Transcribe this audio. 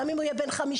גם אם הוא יהיה בן 50,